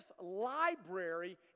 library